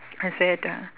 I said uh